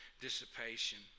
dissipation